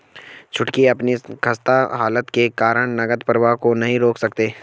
छुटकी अपनी खस्ता हालत के कारण नगद प्रवाह को नहीं रोक सके